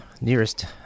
nearest